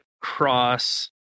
Cross